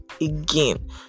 again